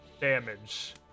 damage